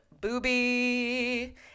Booby